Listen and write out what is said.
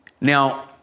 Now